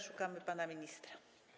Szukamy pana ministra.